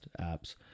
apps